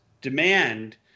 demand